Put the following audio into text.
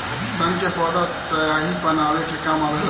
सन के पौधा स्याही बनावे के काम आवेला